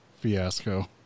fiasco